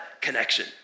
connection